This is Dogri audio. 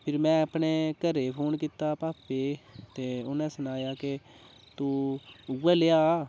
फिर में अपने घरै ई फोन कीता भापे ई ते उ'नें सनाया की तू उ'ऐ ले आ